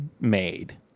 made